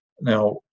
Now